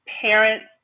parents